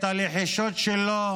את הלחישות שלו.